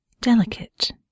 delicate